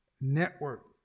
Network